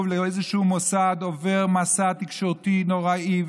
לאיזשהו מוסד עוברים מסע תקשורתי נוראי,